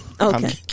okay